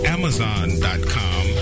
amazon.com